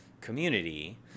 community